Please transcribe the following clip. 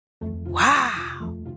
Wow